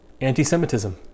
anti-Semitism